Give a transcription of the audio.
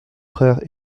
frères